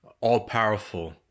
all-powerful